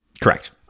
Correct